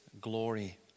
glory